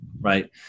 right